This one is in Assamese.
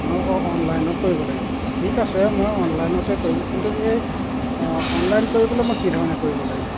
নহয় অ' অনলাইনত কৰিব লাগিব ঠিক আছে মই অনলাইনতে কৰিম কিন্তু এই অনলাইন কৰিবলৈ মই কিধৰণে কৰিব লাগিব